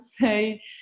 say